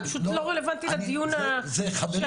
פשוט לא רלוונטי לדיון עכשיו.